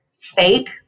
fake